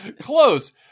close